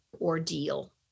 ordeal